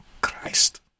Christ